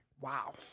Wow